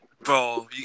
bro